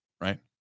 right